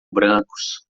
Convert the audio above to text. brancos